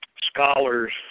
scholars